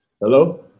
Hello